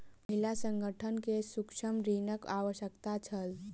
महिला संगठन के सूक्ष्म ऋणक आवश्यकता छल